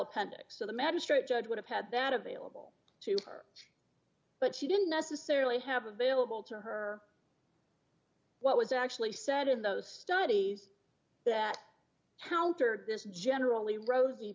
appendix so the magistrate judge would have had that available to her but she didn't necessarily have available to her what was actually said in those studies that countered this generally ros